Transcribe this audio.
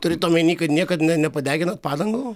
turit omeny kad niekad ne nepadeginat padangų